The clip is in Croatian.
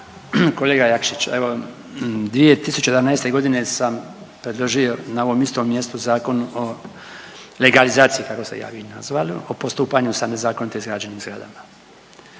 Kolega Jakšić evo 2011.g. sam predložio na ovom istom mjestu Zakon o legalizaciji kako ste ga vi nazvali o postupanju sa nezakonito izgrađenim zgradama